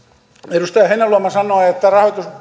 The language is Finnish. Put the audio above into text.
edustaja heinäluoma sanoi että